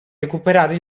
recuperare